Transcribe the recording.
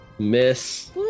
miss